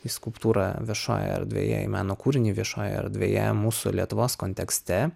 į skulptūrą viešoje erdvėje į meno kūrinį viešoje erdvėje mūsų lietuvos kontekste